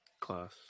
Class